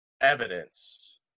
evidence